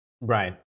Right